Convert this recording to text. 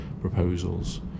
proposals